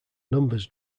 numbers